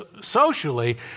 socially